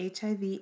HIV